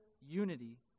unity